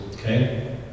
okay